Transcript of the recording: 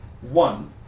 One